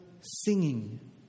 singing